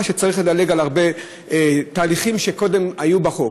שצריך לדלג על הרבה תהליכים שקודם היו בחוק,